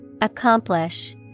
Accomplish